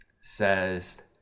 says